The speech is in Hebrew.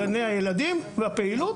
גני הילדים והפעילות